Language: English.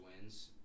wins